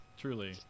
truly